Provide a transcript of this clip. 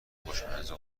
خوشمزه